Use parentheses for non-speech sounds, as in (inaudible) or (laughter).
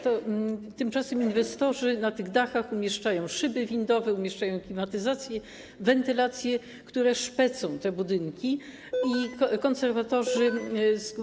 Tymczasem inwestorzy na tych dachach umieszczają szyby windowe, umieszczają klimatyzacje, wentylacje, które szpecą te budynki, (noise) i konserwatorzy.